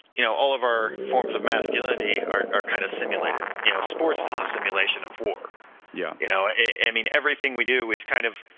you know all of our forms of masculinity are kind of simulated you know sports is a simulation of war yeah you know yes i mean everything we do is kind of,